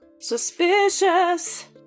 suspicious